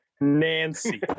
Nancy